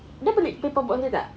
dia beli paper box ke tak